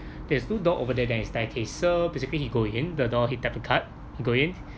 there's two door over there then is staircase so basically he go in the door he tap a card he go in